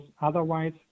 otherwise